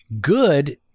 good